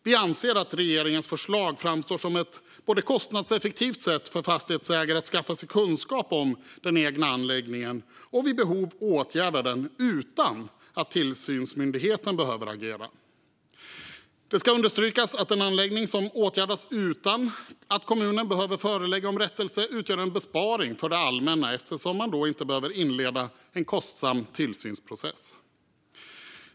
Vi anser att regeringens förslag framstår som ett kostnadseffektivt sätt för fastighetsägare att skaffa sig kunskap om den egna anläggningen och vid behov åtgärda den utan att tillsynsmyndigheten behöver agera. Det ska understrykas att en anläggning som åtgärdas utan att kommunen behöver förelägga om rättelse utgör en besparing för det allmänna eftersom man då inte behöver inleda en kostsam tillsynsprocess.